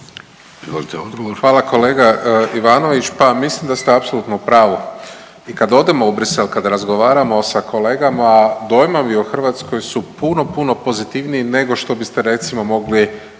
Hvala kolega Ivanović, pa mislim da ste apsolutno u pravu. I kad odemo u Bruxelles kad razgovaramo sa kolegama dojmovi o Hrvatskoj su puno, puno pozitivniji nego što biste recimo mogli